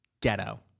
Ghetto